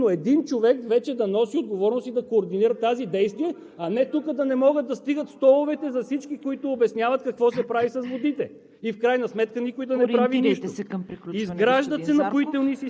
човек, от един вицепремиер или министър или който кажете, но един човек вече да носи отговорност и да координира тази дейност, а не тук да не могат да стигат столовете за всички, които обясняват какво се прави с водите,